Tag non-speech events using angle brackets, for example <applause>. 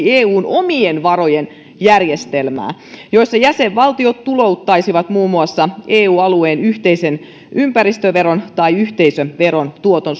<unintelligible> eun omien varojen järjestelmää jossa jäsenvaltiot tulouttaisivat muun muassa eu alueen yhteisen ympäristöveron tai yhteisöveron tuoton <unintelligible>